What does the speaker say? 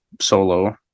solo